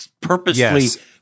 purposely